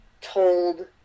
told